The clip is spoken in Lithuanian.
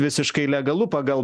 visiškai legalu pagal